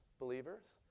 believers